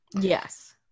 Yes